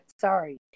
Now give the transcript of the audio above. Sorry